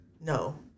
No